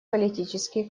политические